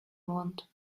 want